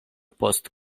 post